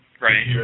right